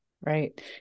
Right